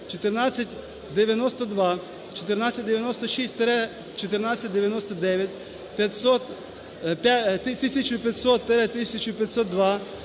1492, 1496-1499, 1500-1502,